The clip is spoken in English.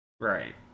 Right